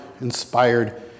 inspired